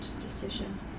decision